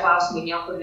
klausimai niekur